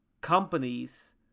companies